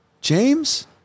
James